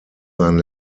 sein